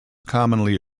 commonly